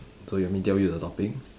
so you want me tell you the topic